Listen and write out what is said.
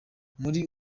muri